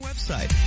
Website